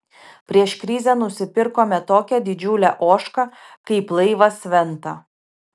prieš krizę nusipirkome tokią didžiulę ožką kaip laivas venta